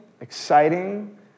exciting